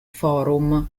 forum